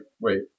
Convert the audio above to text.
wait